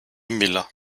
miller